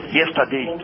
yesterday